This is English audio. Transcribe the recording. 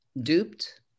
duped